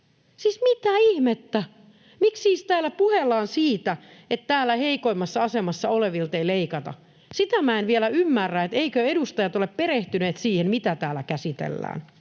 Siis mitä ihmettä? Miksi täällä siis puhellaan siitä, että täällä heikoimmassa asemassa olevilta ei leikata? Sitä minä en vielä ymmärrä, että eivätkö edustajat ole perehtyneet siihen, mitä täällä käsitellään.